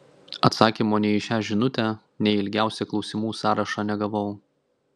atsakymo nei į šią žinutę nei į ilgiausią klausimų sąrašą negavau